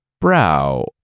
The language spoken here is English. brow